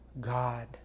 God